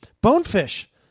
Bonefish